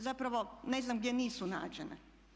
Zapravo ne znam gdje nisu nađene.